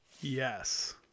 Yes